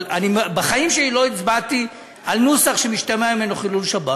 בחיים שלי לא הצבעתי על נוסח שמשתמע ממנו חילול שבת.